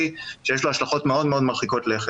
שיש לו השלכות מאוד מאוד מרחיקות לכת.